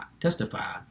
testify